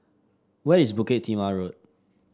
where is Bukit Timah Road